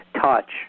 touch